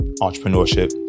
entrepreneurship